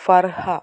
Farha